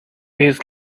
his